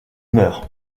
meurt